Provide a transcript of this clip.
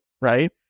right